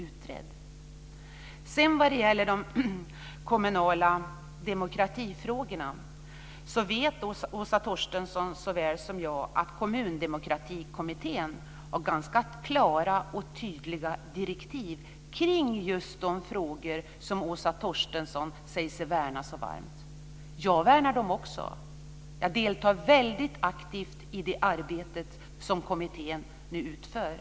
Vad sedan gäller de kommunala demokratifrågorna vet Åsa Torstensson lika väl som jag att Kommundemokratikommittén har ganska klara direktiv avseende just de frågor som Åsa Torstensson säger sig värna så varmt om. Också jag värnar om dem. Jag deltar väldigt aktivt i det arbete som kommittén nu utför.